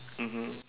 mmhmm